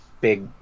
big